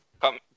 come